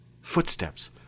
Footsteps